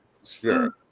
spirit